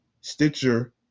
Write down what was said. Stitcher